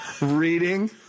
reading